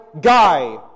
guy